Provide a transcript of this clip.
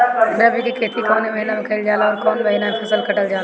रबी की खेती कौने महिने में कइल जाला अउर कौन् महीना में फसलवा कटल जाला?